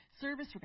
service